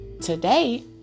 today